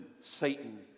Satan